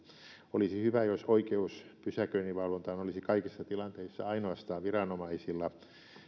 olisi hyvä jos oikeus pysäköinninvalvontaan olisi kaikissa tilanteissa ainoastaan viranomaisilla